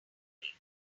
way